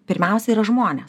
pirmiausia yra žmonės